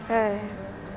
!hais!